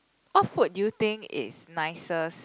what food do you think is nicest